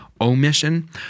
omission